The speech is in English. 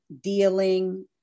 dealing